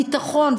הביטחון,